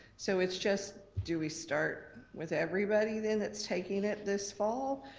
so it's just, do we start with everybody then that's taking it this fall,